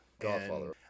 Godfather